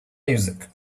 music